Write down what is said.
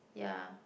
ya